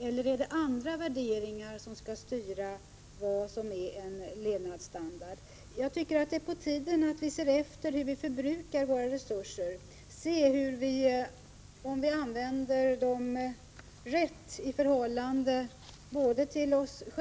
Eller är det andra värderingar som skall styra vad som är en god levnadsstandard? Jag tycker att det är på tiden att vi ser efter hur våra resurser förbrukas, om de används rätt både inom vårt land och i förhållande till omvärlden.